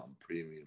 premium